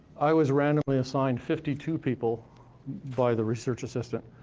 i was randomly assigned fifty two people by the research assistant,